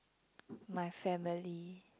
my family